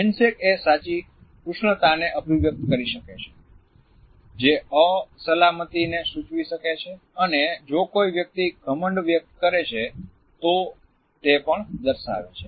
handshake એ સાચી ઉષ્ણતાને અભિવ્યક્ત કરી શકે છે જે અસલામતીને સૂચવી શકે છે અને જો કોઈ વ્યક્તિ ઘમંડ વ્યક્ત કરે છે તો તે પણ દર્શાવે છે